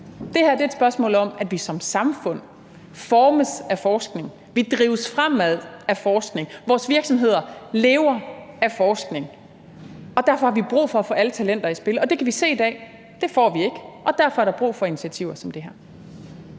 Det her er et spørgsmål om, at vi som samfund formes af forskningen, vi drives fremad af forskningen, og at vores virksomheder lever af forskningen. Derfor har vi brug for at få alle talenter i spil. Det kan vi se i dag at vi ikke får, og derfor er der brug for initiativer som det her.